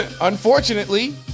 unfortunately